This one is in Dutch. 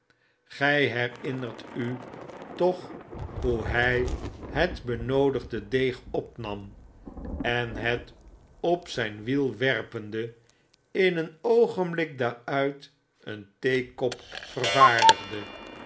gy herinnert u toch hoe hy het benoodigde deeg opnam en het op zyn wiel werpende in een oogenblik daaruit een theekop vervaardigde